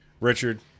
richard